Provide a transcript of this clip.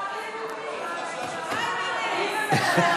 פריימריז, פריימריז.